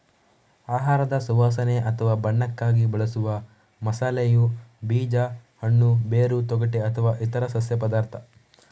ಆಹಾರದ ಸುವಾಸನೆ ಅಥವಾ ಬಣ್ಣಕ್ಕಾಗಿ ಬಳಸುವ ಮಸಾಲೆಯು ಬೀಜ, ಹಣ್ಣು, ಬೇರು, ತೊಗಟೆ ಅಥವಾ ಇತರ ಸಸ್ಯ ಪದಾರ್ಥ